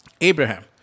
Abraham